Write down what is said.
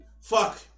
fuck